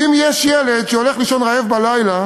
כי אם יש ילד שהולך לישון רעב בלילה